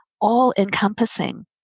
all-encompassing